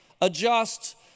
adjust